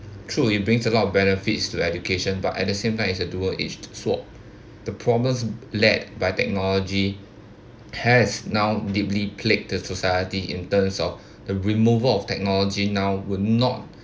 true it brings a lot of benefits to education but at the same time is a dual edged sword the problems led by technology has now deeply played the society in terms of the removal of technology now we're not